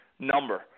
Number